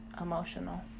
emotional